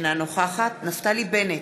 אינה נוכחת נפתלי בנט,